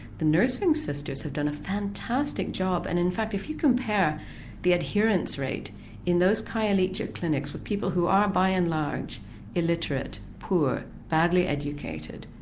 the nursing sisters have done a fantastic job and in fact if you compare the adherence rate in those khayelitshan clinics with people who are by and large illiterate, poor, badly educated,